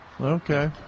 okay